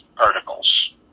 articles